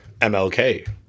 MLK